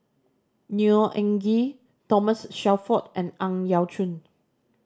Neo Anngee Thomas Shelford and Ang Yau Choon